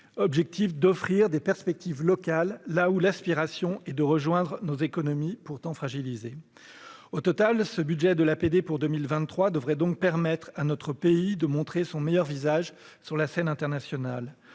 objectif d'offrir des perspectives locales là où l'aspiration des populations est de rejoindre nos économies pourtant fragilisées. Au total, ce budget de l'APD pour 2023 devrait donc permettre à notre pays de montrer son meilleur visage sur la scène internationale.